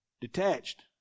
Detached